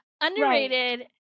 underrated